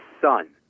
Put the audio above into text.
son